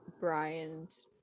brian's